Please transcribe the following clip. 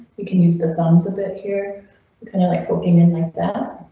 you can use their thumbs of it here. kind of like poking in like that.